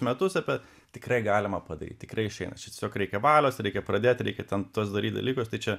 metus apie tikrai galima padaryt tikrai išeina čia tiesiog reikia valios reikia pradėti reikia ten tuos daryt dalykus tai čia